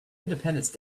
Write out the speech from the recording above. independence